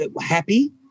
happy